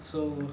so